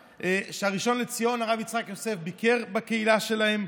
שהראשון לציון הרב יצחק יוסף ביקר בקהילה שלהם.